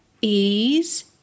ease